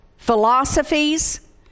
philosophies